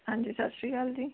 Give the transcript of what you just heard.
ਹਾਂਜੀ ਸਤਿ ਸ਼੍ਰੀ ਅਕਾਲ ਜੀ